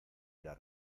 era